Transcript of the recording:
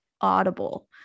audible